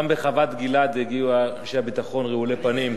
גם בחוות-גלעד הגיעו אנשי הביטחון רעולי-פנים.